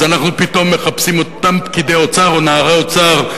אז אנחנו פתאום מחפשים אותם פקידי אוצר או נערי אוצר,